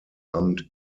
amt